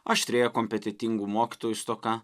aštrėjo kompetentingų mokytojų stoka